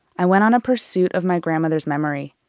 i went on a pursuit of my grandmother's memory.